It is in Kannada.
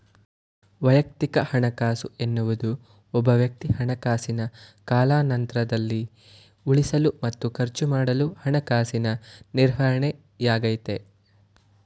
ವೈಯಕ್ತಿಕ ಹಣಕಾಸು ಎನ್ನುವುದು ಒಬ್ಬವ್ಯಕ್ತಿ ಹಣಕಾಸಿನ ಕಾಲಾನಂತ್ರದಲ್ಲಿ ಉಳಿಸಲು ಮತ್ತು ಖರ್ಚುಮಾಡಲು ಹಣಕಾಸಿನ ನಿರ್ವಹಣೆಯಾಗೈತೆ